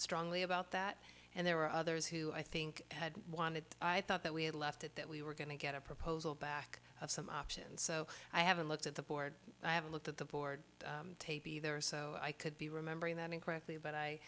strongly about that and there were others who i think had wanted i thought that we had left it that we were going to get a proposal back of some options so i haven't looked at the board i haven't looked at the board be there so i could be remembering that incorrectly but i